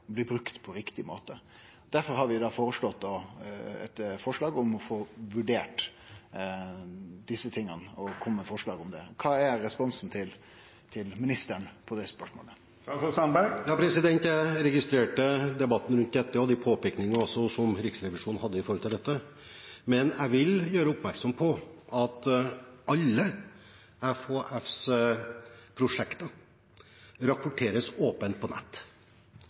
blir brukte på riktig måte. Derfor har vi eit forslag om å få vurdert desse tinga og få forslag om det. Kva er responsen til ministeren på det spørsmålet? Jeg registrerte debatten rundt dette og også Riksrevisjonens påpekninger, men jeg vil gjøre oppmerksom på at alle FHFs prosjekter rapporteres åpent på nett.